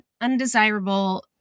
undesirable